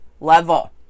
level